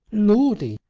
lordy!